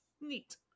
Neat